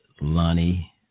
Lonnie